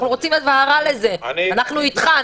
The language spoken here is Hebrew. אנחנו רוצים הבהרה לזה, אנחנו אתך.